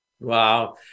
Wow